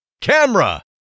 Camera